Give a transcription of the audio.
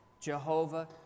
Jehovah